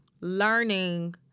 learning